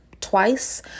twice